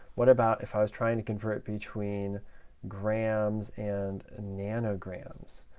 what about if i was trying to convert between grams and nanograms?